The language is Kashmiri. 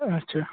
اَچھا